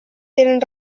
tenen